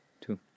two